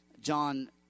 John